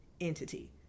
entity